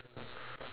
okay